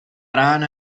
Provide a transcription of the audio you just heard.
rana